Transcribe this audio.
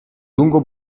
lungo